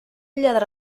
lladra